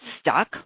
stuck